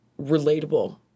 relatable